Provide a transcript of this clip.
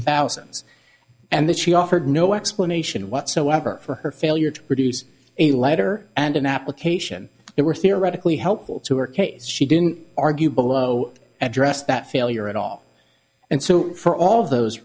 thousands and that she offered no explanation whatsoever for her failure to produce a letter and an application there were theoretically helpful to her case she didn't argue below address that failure at all and so for all those